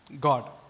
God